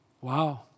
Wow